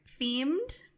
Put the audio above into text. themed